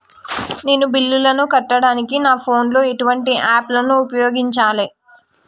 నేను బిల్లులను కట్టడానికి నా ఫోన్ లో ఎటువంటి యాప్ లను ఉపయోగించాలే?